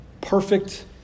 perfect